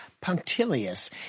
punctilious